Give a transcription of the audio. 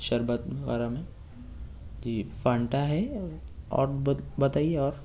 شربت وغیرہ میں جی فنٹا ہے اور بتائیے اور